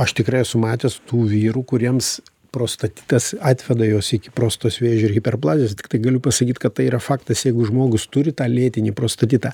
aš tikrai esu matęs tų vyrų kuriems prostatitas atveda juos iki prostatos vėžio ir hiperplazijos tiktai galiu pasakyt kad tai yra faktas jeigu žmogus turi tą lėtinį prostatitą